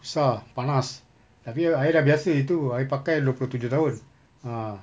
susah panas tapi ayah dah biasa itu I pakai dua puluh tujuh tahun ah